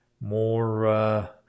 more